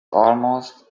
almost